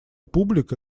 публика